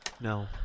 No